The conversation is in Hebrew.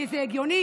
כי זה הגיוני,